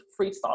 Freestyle